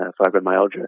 fibromyalgia